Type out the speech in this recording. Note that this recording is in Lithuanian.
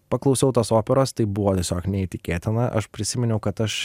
paklausiau tos operos tai buvo tiesiog neįtikėtina aš prisiminiau kad aš